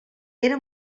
era